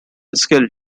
skill